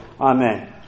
Amen